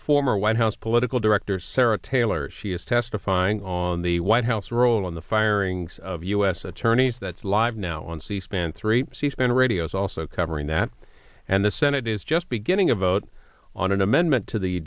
former white house political director sara taylor she is testifying on the white house role in the firings of u s attorneys that's live now on c span three c span radio is also covering that and the senate is just beginning a vote on an amendment to the